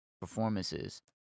performances